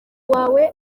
wawe